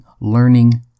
learning